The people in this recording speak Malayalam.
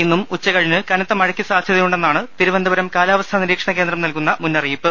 ഇന്നും ഉച്ചകഴിഞ്ഞ് കനത്ത മഴയ്ക്ക് സാധ്യതയുണ്ടെന്നാണ് തിരുവനന്തപുരം കാലാ വസ്ഥാ നിരീക്ഷണ കേന്ദ്രം നൽകുന്ന മുന്നറിയിപ്പ്